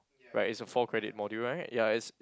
right is a four credit module right ya is